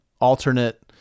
alternate